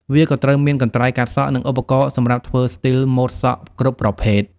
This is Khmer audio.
វាក៏ត្រូវមានកន្ត្រៃកាត់សក់និងឧបករណ៍សម្រាប់ធ្វើស្ទីលម៉ូដសក់គ្រប់ប្រភេទ។